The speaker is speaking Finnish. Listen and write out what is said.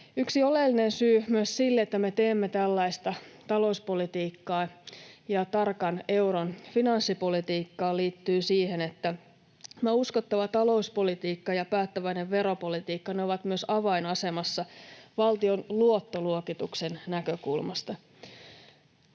Yksi oleellinen syy myös sille, että me teemme tällaista talouspolitiikkaa ja tarkan euron finanssipolitiikkaa, liittyy siihen, että uskottava talouspolitiikka ja päättäväinen veropolitiikka ovat myös avainasemassa valtion luottoluokituksen näkökulmasta.